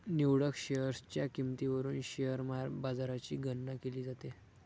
निवडक शेअर्सच्या किंमतीवरून शेअर बाजाराची गणना केली जाते